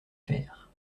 fers